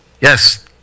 Yes